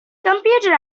computer